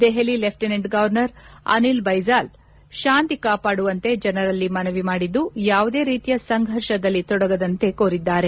Delhi lieutenant governor Anil Baijal ಶಾಂತಿ ಕಾಪಾಡುವಂತೆ ಜನರಲ್ಲಿ ಮನವಿ ಮಾಡಿದ್ದು ಯಾವುದೇ ರೀತಿಯ ಸಂಘರ್ಷದಲ್ಲಿ ತೊಡಗದಂತೆ ಮನವಿ ಮಾಡಿದ್ದಾರೆ